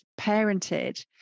parented